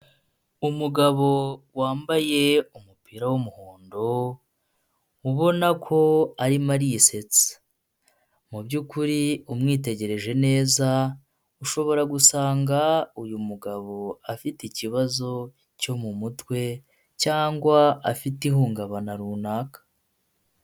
Umugabo wambaye umupira w'umuhondo, ubona ko arimo arisetsa mubyukuri umwitegereje neza, ushobora gusanga uyu mugabo afite ikibazo cyo mu mutwe cyangwa afite ihungabana runaka.